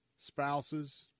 spouses